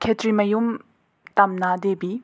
Khetrimayum Tamna Devi